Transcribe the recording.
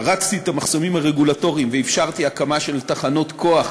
פרצתי את המחסומים הרגולטוריים ואפשרתי הקמה של תחנות כוח